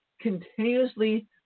continuously